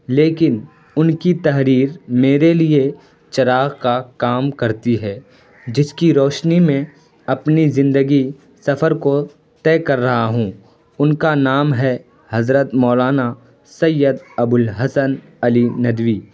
لیکن ان کی تحریر میرے لیے چراغ کا کام کرتی ہے جس کی روشنی میں اپنی زندگی سفر کو طے کر رہا ہوں ان کا نام ہے حضرت مولانا سید ابو الحسن علی ندوی